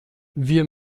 wir